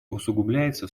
усугубляется